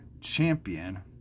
champion